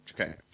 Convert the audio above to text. Okay